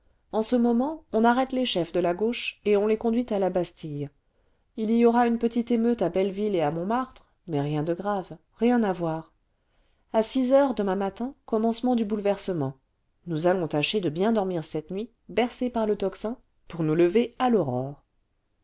en ce moment on arrête les chefs de la gauche et on les conduit à la bastille il y aura une petite émeute à belleville et à montmartre mais rien de grave rien avoir a six heures demain matin commencement du bouleversement nous allons tâcher cle bien dormir cette nuit bercés par le tocsin pour nous lever à l'aurore